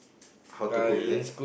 how to cook is it